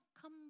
come